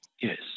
Yes